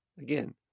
Again